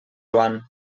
joan